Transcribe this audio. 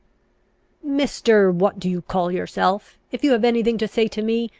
mr. what do you call yourself, if you have anything to say to me,